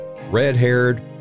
red-haired